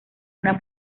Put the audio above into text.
una